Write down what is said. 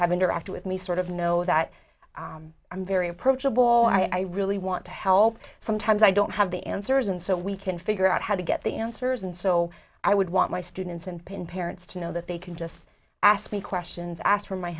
have interacted with me sort of know that i'm very approachable and i really want to help sometimes i don't have the answers and so we can figure out how to get the answers and so i would want my students and parents to know that they can just ask me questions ask for my